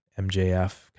mjf